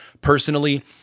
Personally